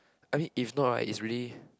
I mean if not right is really